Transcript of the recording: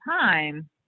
time